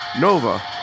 nova